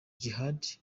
djihad